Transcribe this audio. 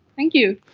thank you.